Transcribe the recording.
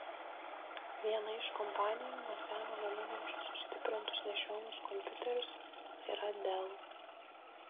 viena iš kompanijų nuo seno gaminančių sustiprintus nešiojamus kompiuterius yra dell